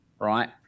Right